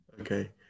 okay